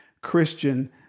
Christian